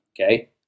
Okay